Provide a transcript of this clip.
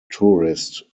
tourist